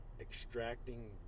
extracting